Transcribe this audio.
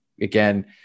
again